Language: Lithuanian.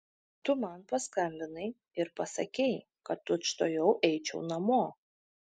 tu man paskambinai ir pasakei kad tučtuojau eičiau namo